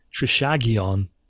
Trishagion